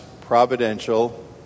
providential